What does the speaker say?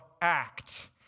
act